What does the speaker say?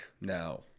now